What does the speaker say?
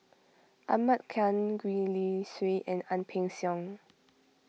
Ahmad Khan Gwee Li Sui and Ang Peng Siong